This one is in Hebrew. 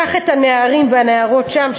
קח את הנערים והנערות שם,